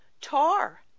tar